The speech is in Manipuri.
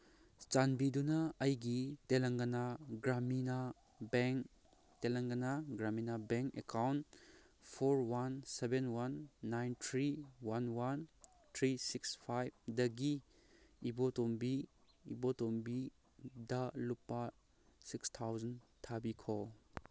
ꯆꯥꯟꯕꯤꯗꯨꯅ ꯑꯩꯒꯤ Telangana Gramina bank Telangana Gramina bank account four one seven one nine three one one three six ꯐꯥꯏꯚꯗꯒꯤ ꯏꯕꯣꯇꯣꯝꯕꯤ ꯏꯕꯣꯇꯣꯝꯕꯤꯗ ꯂꯨꯄꯥ ꯁꯤꯛꯁ ꯊꯥꯎꯖꯟ ꯊꯥꯕꯤꯈꯣ